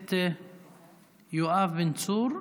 הכנסת יואב בן צור.